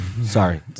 Sorry